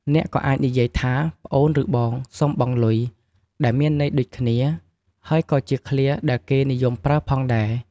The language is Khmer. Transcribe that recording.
អ្នកក៏អាចនិយាយថា "ប្អូនឬបង សុំបង់លុយ" ដែលមានន័យដូចគ្នា ហើយក៏ជាឃ្លាដែលគេនិយមប្រើផងដែរ។